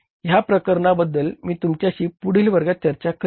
ह्या प्रकरणा बद्दल मी तुमच्याशी पुढील वर्गात चर्चा करेन